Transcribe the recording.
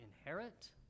inherit